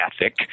ethic